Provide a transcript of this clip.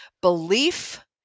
belief